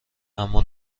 اما